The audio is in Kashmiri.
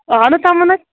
اَہَنُو تِمنو